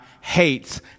hates